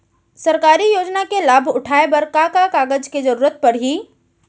सरकारी योजना के लाभ उठाए बर का का कागज के जरूरत परही